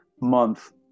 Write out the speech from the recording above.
month